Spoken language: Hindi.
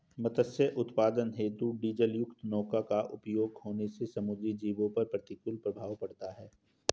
मत्स्य उत्पादन हेतु डीजलयुक्त नौका का प्रयोग होने से समुद्री जीवों पर प्रतिकूल प्रभाव पड़ता है